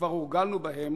שכבר הורגלנו בהם,